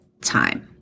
time